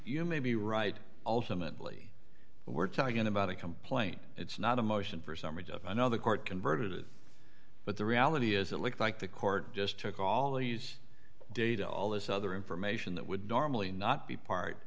you may be right ultimately we're talking about a complaint it's not a motion for summary of another court converted it but the reality is it looks like the court just took all the data all this other information that would normally not be part